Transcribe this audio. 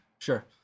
Sure